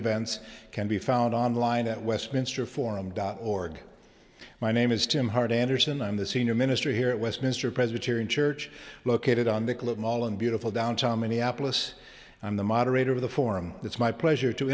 events can be found online at westminster forum dot org my name is tim hart anderson i'm the senior minister here at westminster presbyterian church located on the mall in beautiful downtown minneapolis i'm the moderator of the forum it's my pleasure to